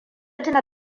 tuna